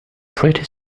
pretty